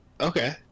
okay